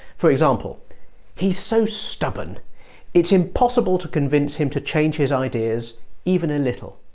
for example he's so stubborn it's impossible to convince him to change his ideas even a little